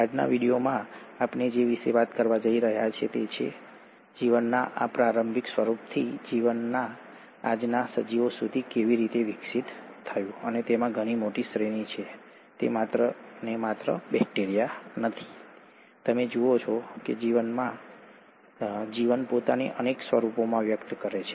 આજના વિડિયોમાં આપણે જે વિશે વાત કરવા જઈ રહ્યા છીએ તે એ છે કે જીવનના આ પ્રારંભિક સ્વરૂપથી જીવન આજના સજીવો સુધી કેવી રીતે વિકસિત થયું અને તેમાં ઘણી મોટી શ્રેણી છે તે માત્ર એક માત્ર બેક્ટેરિયા નથી તમે જુઓ છો કે જીવન પોતાને અનેક સ્વરૂપોમાં વ્યક્ત કરે છે